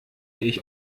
ich